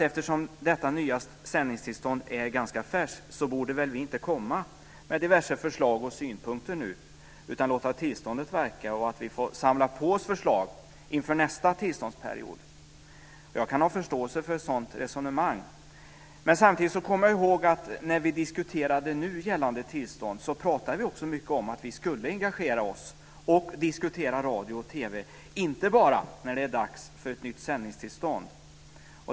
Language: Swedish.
Eftersom detta nya sändningstillstånd är ganska färskt kan man tycka att vi inte borde komma med diverse förslag och synpunkter nu utan att vi borde låta tillståndet verka och samla på oss förslag inför nästa tillståndsperiod. Jag kan ha förståelse för ett sådant resonemang, men samtidigt kommer jag ihåg att vi, när vi diskuterade nu gällande tillstånd, också pratade mycket om att vi skulle engagera oss och diskutera radio och TV inte bara när det är dags för ett nytt sändningstillstånd.